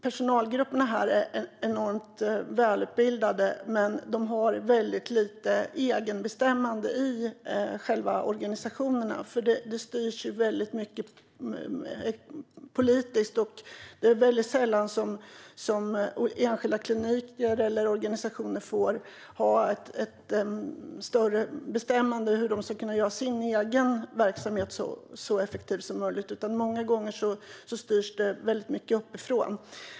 Personalgrupperna här är enormt välutbildade, men de har ett väldigt litet egenbestämmande i organisationerna. Allt styrs politiskt, och enskilda kliniker eller organisationer får sällan bestämma särskilt mycket om hur de vill göra den egna verksamheten så effektiv som möjligt. Många gånger styrs väldigt mycket uppifrån.